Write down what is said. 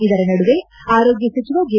ಇದರ ನಡುವೆ ಆರೋಗ್ಯ ಸಚಿವ ಜೆ